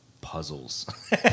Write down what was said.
puzzles